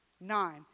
Nine